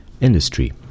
industry